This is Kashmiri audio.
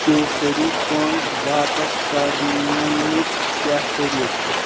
کیسَری کۄنٚگ واپَس کرنُک کیاہ طریٖق چھُ